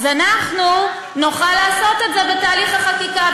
אז אנחנו נוכל לעשות את זה בתהליך החקיקה,